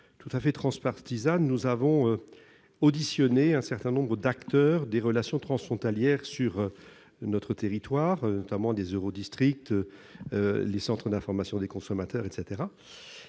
de manière transpartisane, à avoir auditionné un certain nombre d'acteurs des relations transfrontalières sur notre territoire, notamment des eurodistricts et des centres d'information des consommateurs.